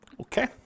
Okay